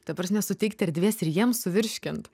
ta prasme suteikti erdvės ir jiems suvirškint